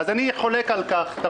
אז תרשה לי לחלוק על דעתו,